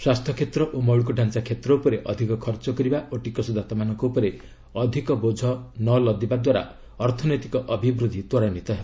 ସ୍ୱାସ୍ଥ୍ୟ କ୍ଷେତ୍ର ଓ ମୌଳିକ ଢାଞ୍ଚା କ୍ଷେତ୍ର ଉପରେ ଅଧିକ ଖର୍ଚ୍ଚ କରିବା ଓ ଟିକସଦାତାମାନଙ୍କ ଉପରେ ଅଧିକ ବୋଝ ନ ଲଦିବା ଦ୍ୱାରା ଅର୍ଥନୈତିକ ଅଭିବୃଦ୍ଧି ତ୍ୱରାନ୍ଧିତ ହେବ